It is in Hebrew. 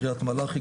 קרית מלאכי,